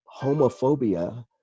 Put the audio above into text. homophobia